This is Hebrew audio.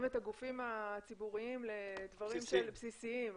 את הגופים הציבוריים לדברים בסיסיים.